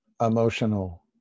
emotional